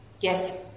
Yes